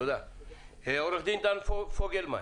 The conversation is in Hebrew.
עו"ד דן פוגלמן.